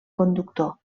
conductor